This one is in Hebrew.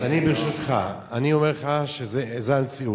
אז ברשותך, אני אומר לך שזו המציאות.